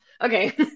Okay